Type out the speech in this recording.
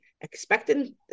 expected